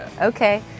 Okay